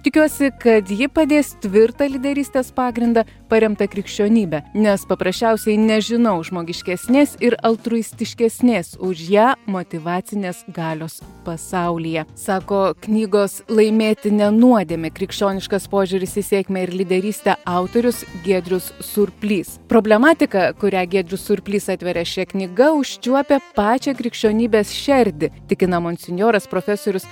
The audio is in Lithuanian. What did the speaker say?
tikiuosi kad ji padės tvirtą lyderystės pagrindą paremtą krikščionybe nes paprasčiausiai nežinau žmogiškesnės ir altruistiškesnės už ją motyvacinės galios pasaulyje sako knygos laimėti ne nuodėmė krikščioniškas požiūris į sėkmę ir lyderystę autorius giedrius surplys problematika kurią giedrius surplys atveria šia knyga užčiuopė pačią krikščionybės šerdį tikina monsinjoras profesorius